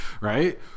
right